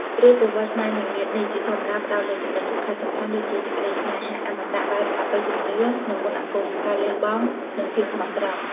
រឿងប្រវត្តិស្នេហ៍នាងនាថនេះជាធម្មតាផ្តោតលើចំណុចសំខាន់ៗដូចជា សេចក្តីស្នេហាអមតៈបែបអបិយជំនឿ និងមន្តអាគម ការលះបង់ និងភាពស្មោះត្រង់ ។